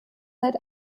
seit